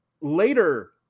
later